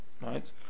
right